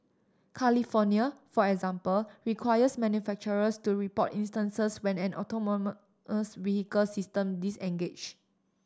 California for example requires manufacturers to report instances when an vehicle system disengage